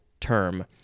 term